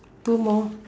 two more